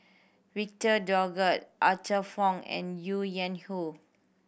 Victor Doggett Arthur Fong and Ho Yuen Hoe